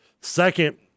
Second